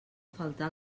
faltar